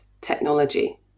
technology